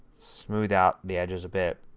smooth out the edges a bit.